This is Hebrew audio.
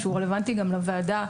שהוא רלוונטי גם לוועדה.